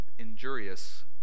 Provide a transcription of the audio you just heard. injurious